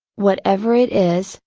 whatever it is,